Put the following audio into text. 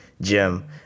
gym